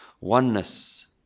oneness